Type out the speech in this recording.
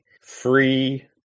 free